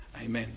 Amen